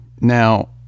Now